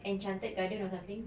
enchanted garden or something